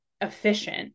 efficient